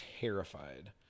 terrified